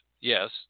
Yes